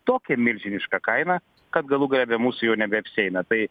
tokią milžinišką kainą kad galų gale be mūsų jau nebeapsieina tai